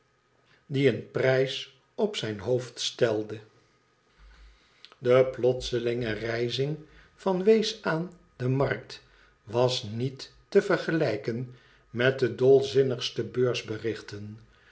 die een prijs op zijn hoofd stelde de plotselinge rijzing van wees aan de markt was niet te vergelijken met de dolzinnigste